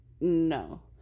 No